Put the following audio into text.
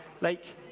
lake